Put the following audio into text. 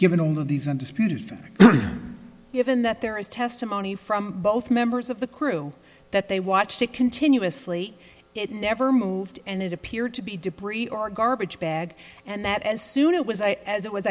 given all of these undisputed given that there is testimony from both members of the crew that they watched it continuously it never moved and it appeared to be debris or garbage bag and that as soon it was as it was